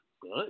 Good